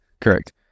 Correct